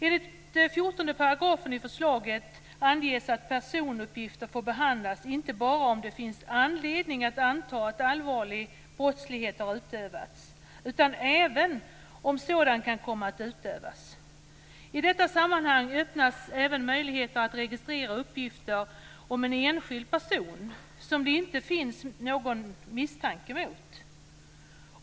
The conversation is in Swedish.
Enligt 14 § i förslaget anges att personuppgifter får behandlas, inte bara om det finns anledning att anta att allvarlig brottslighet har utövats utan även om sådan kan komma att utövas. I detta sammanhang öppnas även möjligheter att registrera uppgifter om en enskild person som det inte finns någon misstanke mot.